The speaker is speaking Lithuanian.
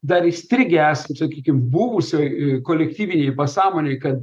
dar įstrigę esam sakykim buvusioj kolektyvinėj pasąmonėj kad